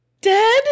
Dead